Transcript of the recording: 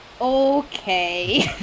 Okay